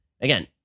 Again